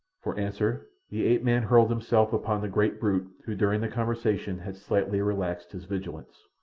for answer the ape-man hurled himself upon the great brute who during the conversation had slightly relaxed his vigilance.